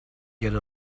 get